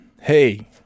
Hey